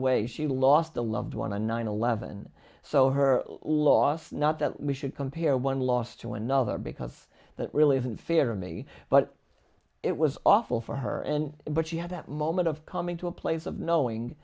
way she lost a loved one a nine eleven so her loss not that we should compare one loss to another because that really isn't fair to me but it was awful for her and but she had that moment of coming to a place of knowing